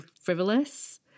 frivolous